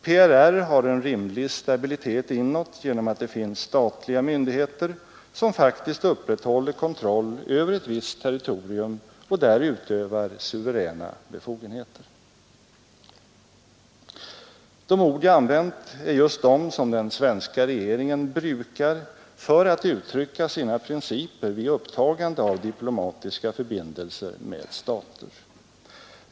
PRR har en riktig stabilitet inåt genom att det finns statliga myndigheter som faktiskt upprätthåller kontroll över ett visst territorium och där utövar suveräna befogenheter. De ord jag använt är just de som den svenska regeringen brukar för att uttrycka sina principer vid upptagande av diplomatiska förbindelser med stater.